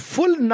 Full